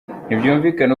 ntibyumvikana